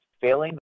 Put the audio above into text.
failing